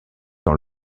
dans